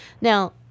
Now